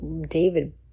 David